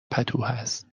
پتوهست